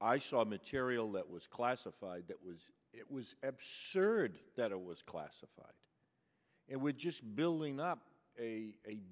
i saw material that was classified that was it was absurd that it was classified and we're just building up a